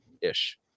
ish